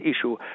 issue